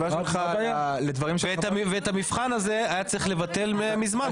ואת המבחן הזה היה צריך לבטל מזמן,